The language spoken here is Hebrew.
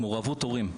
על מעורבות ההורים.